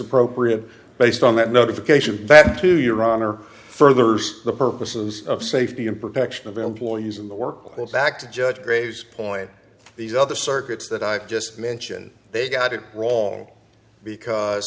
appropriate based on that notification that to your honor furthers the purposes of safety and protection of employees in the workplace back to judge gray's point these other circuits that i just mentioned they got it wrong because